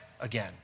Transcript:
again